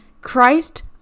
Christ